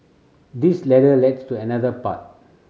this ladder lies to another path